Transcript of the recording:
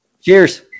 Cheers